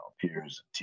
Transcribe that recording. peers